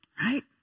right